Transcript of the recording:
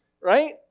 right